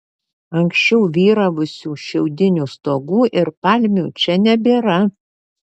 anksčiau vyravusių šiaudinių stogų ir palmių čia nebėra